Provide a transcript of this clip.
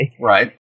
Right